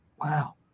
Wow